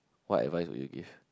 what advice would you give